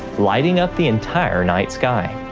lighting up the entire night sky.